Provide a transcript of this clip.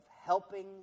helping